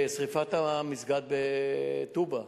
שרפת המסגד בטובא,